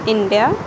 India